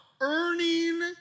earning